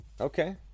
Okay